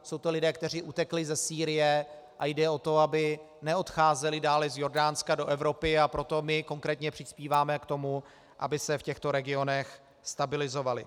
Jsou to lidé, kteří utekli ze Sýrie, a jde o to, aby neodcházeli dále z Jordánska do Evropy, a proto my konkrétně přispíváme k tomu, aby se v těchto regionech stabilizovali.